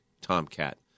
Tomcat